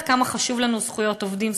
עד כמה חשובות לנו זכויות עובדים,